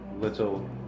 little